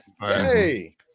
Hey